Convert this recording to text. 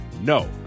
No